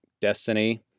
Destiny